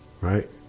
right